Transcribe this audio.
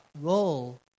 role